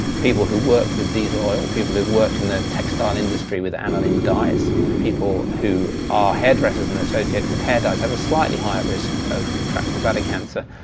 people who work with diesel oil, people who worked in the textile industry with aniline dyes, people who are hairdressers and associated with hair dyes have a slightly higher risk of contracting bladder cancer.